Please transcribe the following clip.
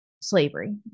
slavery